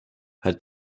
hat